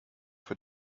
für